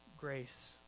grace